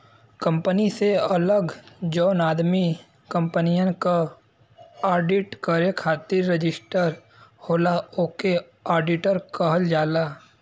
company से अलग जौन आदमी कंपनियन क आडिट करे खातिर रजिस्टर होला ओके आडिटर कहल जाला